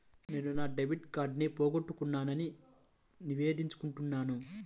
నేను నా డెబిట్ కార్డ్ని పోగొట్టుకున్నాని నివేదించాలనుకుంటున్నాను